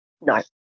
No